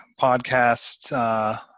podcast